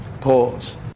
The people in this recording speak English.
Pause